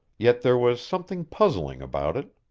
yet there was something puzzling about it.